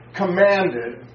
commanded